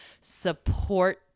support